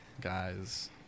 guys